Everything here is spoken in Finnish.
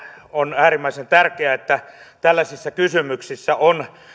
on äärimmäisen tärkeää että tällaisissa kysymyksissä on